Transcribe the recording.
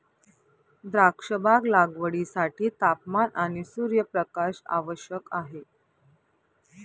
द्राक्षबाग लागवडीसाठी तापमान आणि सूर्यप्रकाश आवश्यक आहे